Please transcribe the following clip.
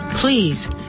Please